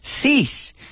cease